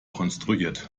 konstruiert